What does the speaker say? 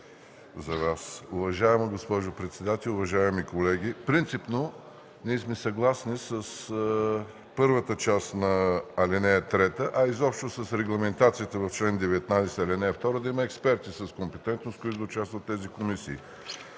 (ГЕРБ): Уважаема госпожо председател, уважаеми колеги! Принципно ние сме съгласни с първата част на ал. 3, а изобщо с регламентацията в чл. 19, ал. 2 да има експерти с компетентност, които да участват в тези комисии.